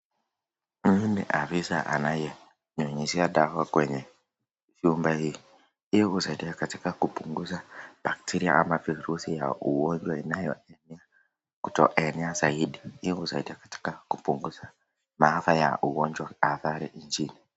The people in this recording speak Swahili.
Mimi ni afisa anayenyunyizia dawa kwenye vyumba ili kusaidia kupunguza katika kupunguza bacteria ama virusi ya ugonjwa inayoenea kutoenea zaidi ili kusaidia katika kupunguza maafa ya ugonjwa hatari nchini.